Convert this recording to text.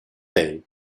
day